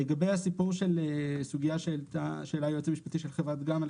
לגבי הסוגייה שהעלה היועץ המשפטי של חברה ג.מ.א.,